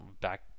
back